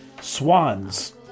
Swans